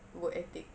work ethic